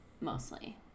mostly